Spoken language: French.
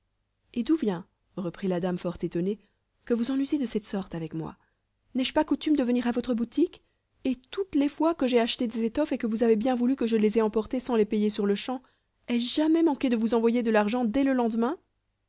et d'où vient reprit la dame fort étonnée que vous en usez de cette sorte avec moi n'ai-je pas coutume de venir à votre boutique et toutes les fois que j'ai acheté des étoffes et que vous avez bien voulu que je les aie emportées sans les payer sur-le-champ ai-je jamais manqué de vous envoyer de l'argent dès le lendemain